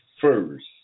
first